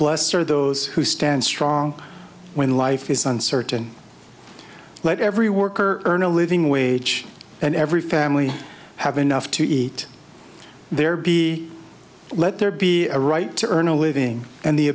blessed are those who stand strong when life is uncertain let every worker earn a living wage and every family have enough to eat there be let there be a right to earn a living and the